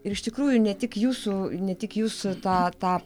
ir iš tikrųjų ne tik jūsų ne tik jūsų tą tą